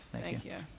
thank you.